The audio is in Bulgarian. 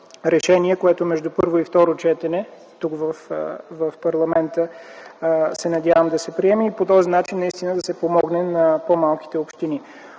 решения, които между първо и второ четене в парламента се надявам да се приемат и по този начин да се помогне на по-малките общини.